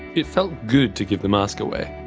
it felt good to give the mask away.